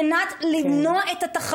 אנחנו רוצים ריבונות.